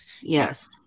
Yes